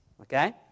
Okay